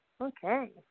Okay